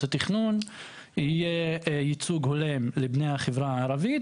התכנון יהיה ייצוג הולם לבני החברה הערבית,